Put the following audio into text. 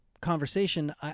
conversation